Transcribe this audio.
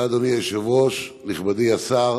תודה, אדוני היושב-ראש, נכבדי השר,